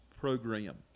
program